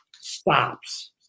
stops